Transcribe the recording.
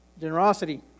Generosity